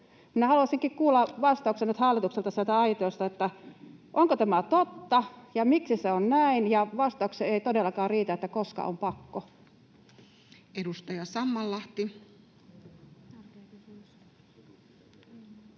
haluaisinkin kuulla vastauksen nyt hallitukselta sieltä aitiosta siihen, onko tämä totta ja miksi se on näin. Ja vastaukseksi ei todellakaan riitä, että koska on pakko. Edustaja Sammallahti.